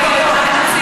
אבל זה לא כתוב בחוק.